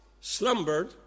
slumbered